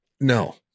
no